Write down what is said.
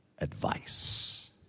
advice